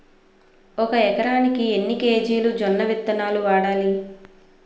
ఒక ఎకరానికి ఎన్ని కేజీలు జొన్నవిత్తనాలు వాడాలి?